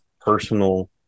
personal